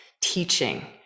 teaching